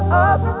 up